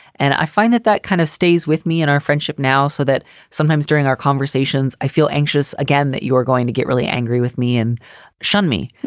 and i find that that kind of stays with me in our friendship now, so that sometimes during our conversations i feel anxious again that you are going to get really angry with me and shun me.